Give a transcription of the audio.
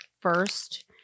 first